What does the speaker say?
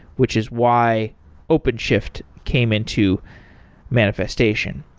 which is why openshift came into manifestation.